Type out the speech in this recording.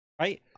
Right